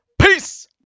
Peace